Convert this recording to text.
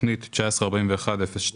תכנית 19-41-02